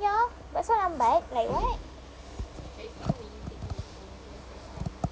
ya but so lambat like what